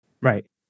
Right